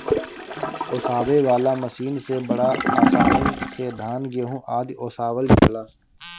ओसावे वाला मशीन से बड़ा आसानी से धान, गेंहू आदि ओसावल जाला